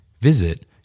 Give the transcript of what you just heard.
Visit